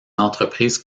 entreprises